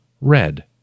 red